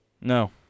No